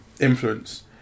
influence